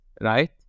right